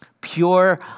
Pure